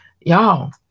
Y'all